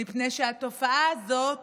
מפני שהתופעה הזאת